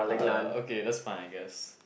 orh okay that's fine I guess